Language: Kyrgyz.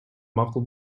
макул